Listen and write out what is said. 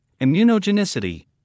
immunogenicity